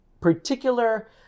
particular